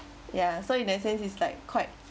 ya so in that sense it's like quite